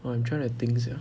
!wah! I'm trying to think sia